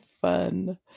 Fun